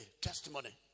testimony